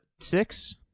six